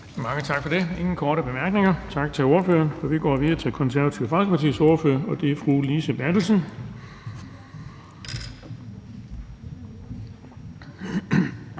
Bonnesen): Der er ingen korte bemærkninger. Tak til ordføreren. Vi går videre til Det Konservative Folkepartis ordfører, og det er fru Lise Bertelsen.